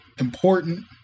important